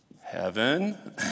Heaven